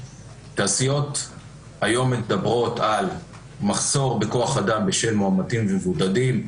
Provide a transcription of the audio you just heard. התעשיות היום מדברות על מחסור בכוח אדם בשל מאומתים ומבודדים,